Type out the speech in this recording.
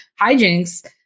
hijinks